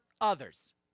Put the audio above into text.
others